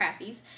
crappies